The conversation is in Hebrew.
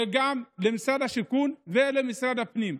משרד השיכון ומשרד הפנים.